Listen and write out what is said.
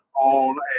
on